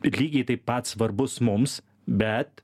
lygiai taip pat svarbus mums bet